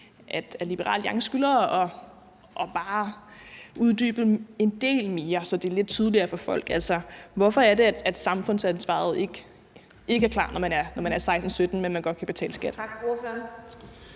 så bare skylder at uddybe det en del mere, så det er lidt tydeligere for folk, altså hvorfor det er, at samfundsansvaret ikke er klar, når man er 16-17-år, men at man godt kan betale skat.